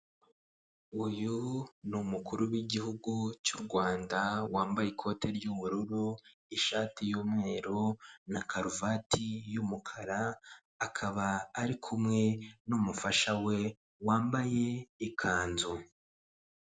Uyu ni umukuru w'igihugu cy'u Rwanda wambaye ikote ry'ubururu, ishati y'umweru, na karuvati y'umukara, akaba ari kumwe n'umufasha we wambaye ikanzu.